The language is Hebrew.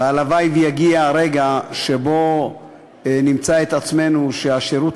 והלוואי שיגיע הרגע שבו נמצא את עצמנו כשהשירות